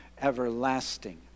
everlasting